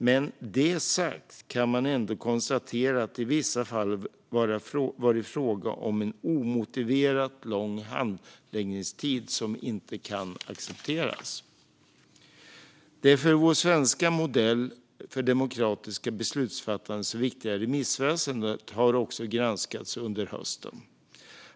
Med detta sagt kan man ändå konstatera att det i vissa fall varit fråga om en omotiverat lång handläggningstid, som inte kan accepteras. Det för vår svenska modell för demokratiskt beslutsfattande så viktiga remissväsendet har också granskats under hösten.